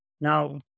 Now